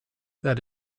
that